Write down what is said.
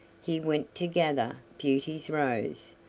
he went to gather beauty's rose,